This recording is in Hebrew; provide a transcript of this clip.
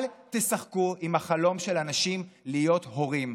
אל תשחקו עם החלום של אנשים להיות הורים.